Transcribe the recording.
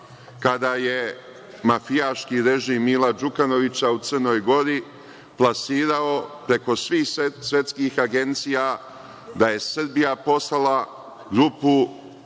kada je mafijaški režim Mila Đukanovića u Crnoj Gori plasirao preko svih svetskih agencija da je Srbija poslala grupu